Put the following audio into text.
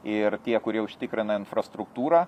ir tie kurie užtikrina infrastruktūrą